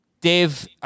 Dave